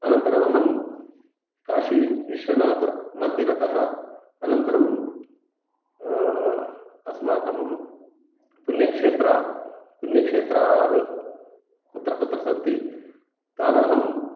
अनन्तरमहं काशीविश्वनाथमन्दिरतः अनन्तरं अस्माकं पुण्यक्षेत्रं पुण्यक्षेत्राणि कुत्र कुत्र सन्ति तानहं